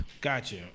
gotcha